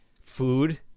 Food